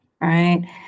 right